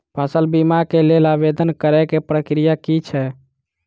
फसल बीमा केँ लेल आवेदन करै केँ प्रक्रिया की छै?